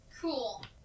Cool